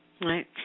Right